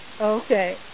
Okay